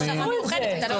הם עשו את זה.